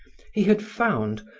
he had found,